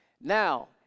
Now